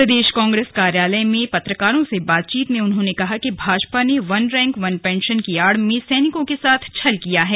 प्रदेश कांग्रेस कार्यालय में पत्रकारों से बातचीत में उन्होंने कहा कि भाजपा ने वन रैंक वन पेंशन की आड़ में सैनिकों के साथ छल किया है